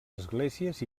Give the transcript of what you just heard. esglésies